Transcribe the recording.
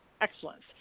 Excellence